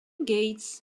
gates